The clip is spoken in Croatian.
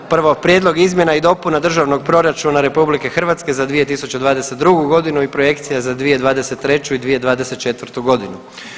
Prvo Prijedlog izmjena i dopuna Državnog proračuna RH za 2022. godinu i projekcija za 2023. i 2024. godinu.